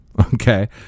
okay